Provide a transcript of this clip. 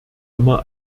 immer